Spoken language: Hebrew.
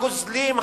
הגוזלים,